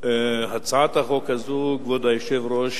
הצעת החוק הזאת, כבוד היושב-ראש,